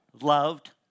loved